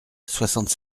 soixante